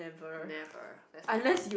never let's move on